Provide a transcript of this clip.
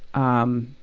um,